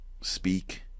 speak